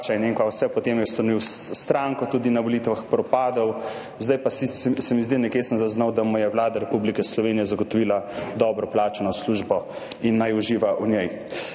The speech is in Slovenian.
in vem, kaj vse. Potem je ustanovil stranko, tudi na volitvah propadel, zdaj pa – se mi zdi, nekje sem zaznal – mu je Vlada Republike Slovenije zagotovila dobro plačano službo, in naj uživa v njej.